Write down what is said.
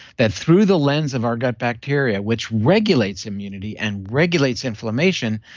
that through the lens of our gut bacteria, which regulates immunity, and regulates inflammation,